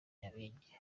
nyabingi